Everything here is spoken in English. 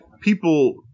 people